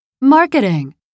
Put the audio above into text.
Marketing